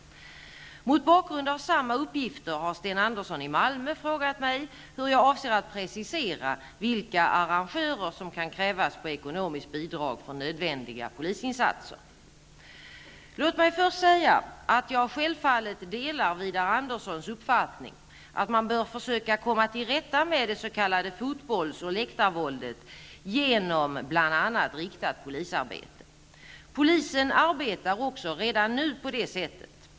Mot bakgrund av samma uppgifter har Sten Andersson i Malmö frågat mig hur jag avser att precisera vilka arrangörer som kan krävas på ekonomiska bidrag för nödvändiga polisinsatser. Låt mig först säga att jag självfallet delar Widar Anderssons uppfattning att man bör försöka komma till rätta med det s.k. fotbolls eller läktarvåldet genom bl.a. riktat polisarbete. Polisen arbetar också redan nu på det sättet.